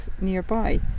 nearby